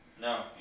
No